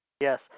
Yes